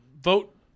vote